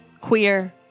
queer